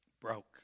broke